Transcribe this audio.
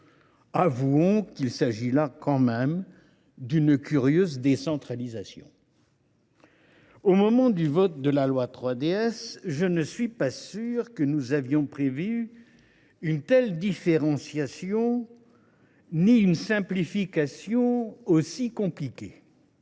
Avouons qu’il s’agit tout de même d’une curieuse modalité de décentralisation ! Au moment du vote de la loi 3DS, je ne suis pas sûr que nous avions prévu une telle différenciation ni une simplification aussi compliquée.